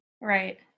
Right